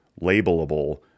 labelable